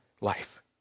life